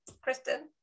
Kristen